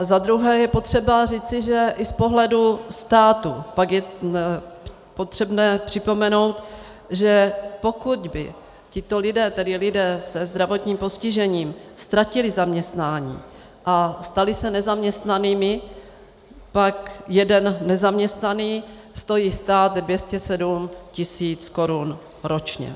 Za druhé je potřeba říci, že i z pohledu státu pak je potřebné připomenout, že pokud by tito lidé, tedy lidé se zdravotním postižením, ztratili zaměstnání a stali se nezaměstnanými, pak jeden nezaměstnaný stojí stát 207 tisíc korun ročně.